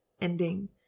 ending